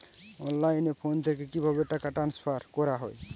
অনলাইনে ফোন থেকে কিভাবে টাকা ট্রান্সফার করা হয়?